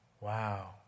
wow